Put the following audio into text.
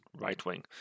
right-wing